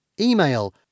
email